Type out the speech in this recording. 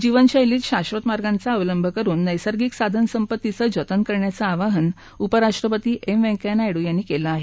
जीवनशैलीत शाक्षत मार्गांचा अवलंब करुन नैसर्गिक साधन संपत्तीचं जतन करण्याचं आवाहन उपराष्ट्रपती एम व्यंकय्या नायडू यांनी केलं आहे